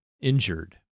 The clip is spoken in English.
injured